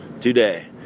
today